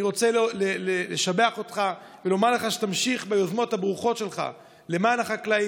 אני רוצה לשבח אותך ולומר לך שתמשיך ביוזמות הברוכות שלך למען החקלאים,